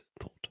thought